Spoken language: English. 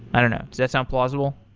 i don't know. does that sound plausible?